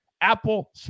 Apple